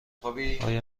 آیا